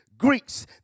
Greeks